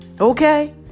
Okay